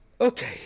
Okay